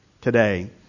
today